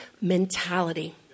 mentality